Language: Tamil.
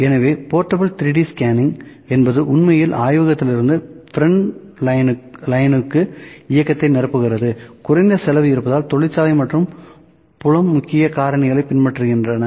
எனவே போர்ட்டபிள் 3D ஸ்கேனிங் என்பது உண்மையில் ஆய்வகத்திலிருந்து ஃப்ரண்ட் லைன்களுக்கு இயக்கத்தை நிரப்புகிறது குறைந்த செலவு இருப்பதால் தொழிற்சாலை மற்றும் புலம் முக்கிய காரணிகளைப் பின்பற்றுகின்றன